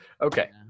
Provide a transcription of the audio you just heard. okay